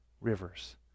rivers